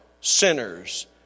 sinners